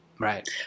Right